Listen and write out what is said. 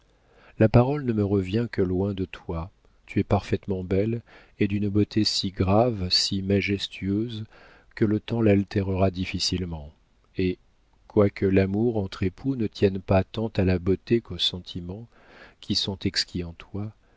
la parole ne me revient que loin de toi tu es parfaitement belle et d'une beauté si grave si majestueuse que le temps l'altérera difficilement et quoique l'amour entre époux ne tienne pas tant à la beauté qu'aux sentiments qui sont exquis en toi